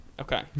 Okay